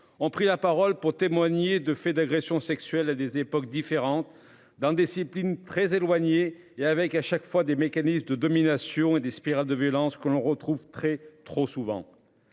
ont pris la parole pour témoigner de faits d'agressions sexuelles à des époques différentes d'indiscipline très éloignées et avec à chaque fois des mécanismes de domination et des spirale de violence qu'on retrouve très trop souvent.